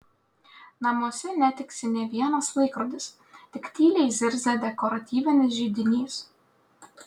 namuose netiksi nė vienas laikrodis tik tyliai zirzia dekoratyvinis židinys